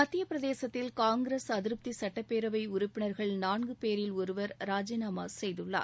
மத்தியப்பிரதேசத்தில் காங்கிரஸ் அதிருப்தி சுட்டப்பேரவை உறுப்பினா்கள் நான்கு பேரில் ஒருவர் ராஜினாமா செய்துள்ளார்